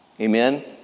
Amen